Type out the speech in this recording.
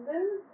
then